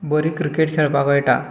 बरी क्रिकेट खेळपाक कळटा